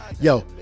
yo